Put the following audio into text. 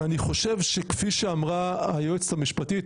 ואני חושב שכפי שאמרה היועצת המשפטית,